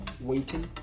waiting